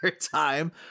time